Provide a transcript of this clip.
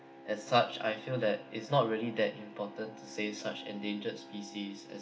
as such I feel that it's not really that important to say such endangered species as